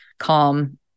calm